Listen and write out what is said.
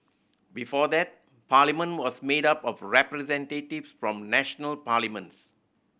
before that Parliament was made up of representatives from national parliaments